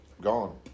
Gone